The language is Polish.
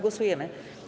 Głosujemy.